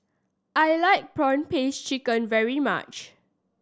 I like prawn paste chicken very much